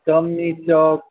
Chandni Chowk